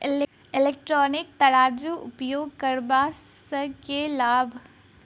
Electronic तराजू उपयोग करबा सऽ केँ लाभ?